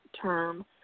term